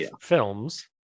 films